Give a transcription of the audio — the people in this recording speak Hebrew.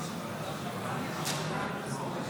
ההצבעה: